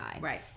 Right